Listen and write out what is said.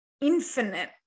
infinite